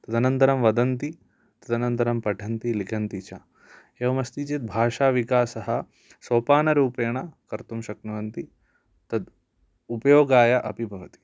तदनन्तरं वदन्ति तदनन्तरं पठन्ति लिखन्ति च एवमस्ति चेत् भाषाविकासः सोपानरूपेण कर्तुं शक्नुवन्ति तत् उपयोगाय अपि भवति